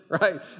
right